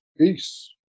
Peace